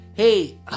Hey